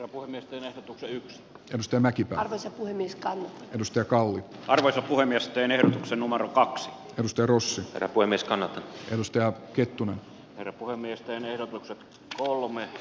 avoimesti verotuksen peruste mäki pearse puhemies gal rystä kauan kuin miesten ero sen numero kaksi ja turussa voimiskannan nosto ja kertun herkkua miesten ehdotukset kolme